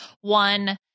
one